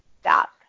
stop